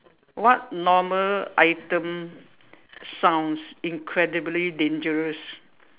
what normal item sounds incredibly dangerous